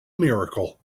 miracle